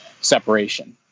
separation